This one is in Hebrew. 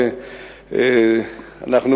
אדוני היושב-ראש,